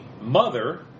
mother